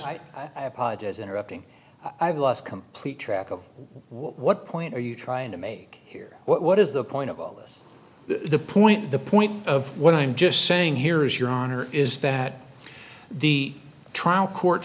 as interrupting i've lost complete track of what point are you trying to make here what is the point of all this the point the point of what i'm just saying here is your honor is that the trial court